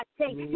take